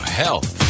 health